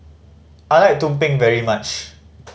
I like tumpeng very much